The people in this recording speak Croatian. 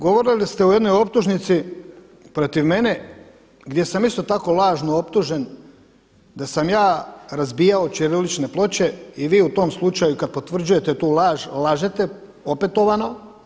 Govorili ste o jednoj optužnici protiv mene gdje sam isto tako lažno optužen da sam ja razbijao ćirilične ploče i vi u tom slučaju kada potvrđujete tu laž lažete opetovano.